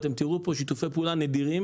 אתם תראו פה שיתופי פעולה נדירים